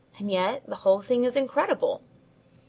and yet the whole thing is incredible.